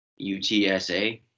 UTSA